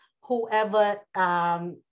whoever